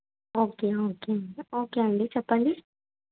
okay okay okay అండి చెప్పండి